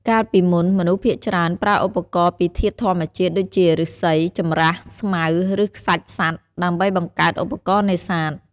កាលពីមុន មនុស្សភាគច្រើនប្រើឧបករណ៍ពីធាតុធម្មជាតិ ដូចជា ឬស្សី ចម្រាស់ ស្មៅ ឬខ្សាច់សត្វ ដើម្បីបង្កើតឧបករណ៍នេសាទ។